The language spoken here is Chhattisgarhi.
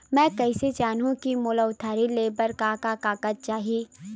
मैं कइसे जानहुँ कि मोला उधारी ले बर का का कागज चाही?